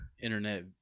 internet